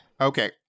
Okay